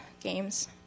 games